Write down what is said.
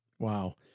Wow